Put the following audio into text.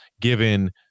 given